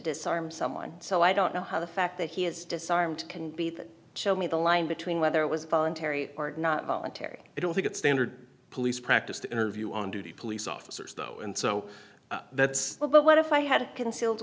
disarm someone so i don't know how the fact that he has disarmed can be that show me the line between whether it was voluntary or not voluntary i don't think it's standard police practice to interview on duty police officers though and so that's the but what if i had a concealed